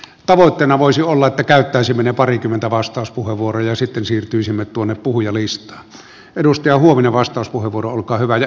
tavoitteena voisi olla käyttäisimme parikymmentä vastauspuheenvuoroja sitten siirtyisimme tuonne puhujalistalla edusti ohuin vastauspuheenvuoro olkaa hyvä ja